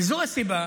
וזו הסיבה